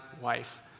wife